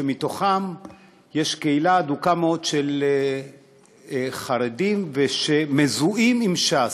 ובהם קהילה אדוקה מאוד של חרדים שמזוהים עם ש"ס.